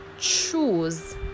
choose